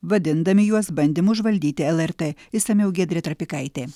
vadindami juos bandymu užvaldyti lrt išsamiau giedrė trapikaitė